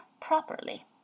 properly